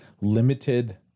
limited